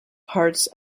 parts